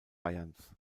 bayerns